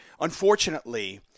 Unfortunately